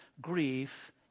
grief